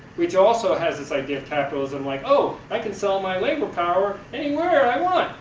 which also has its idea of capitalism, like oh, i can sell my labor power anywhere i want,